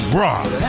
rock